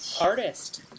artist